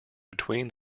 between